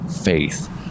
faith